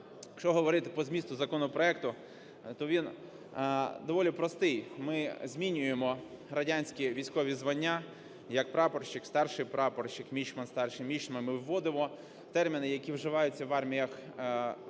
Якщо говорити по змісту законопроекту, то він доволі простий. Ми змінюємо радянські військові звання як прапорщик, старший прапорщик, мічман, старший мічман. Ми вводимо терміни, які вживаються в арміях світу,